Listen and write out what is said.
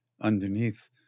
underneath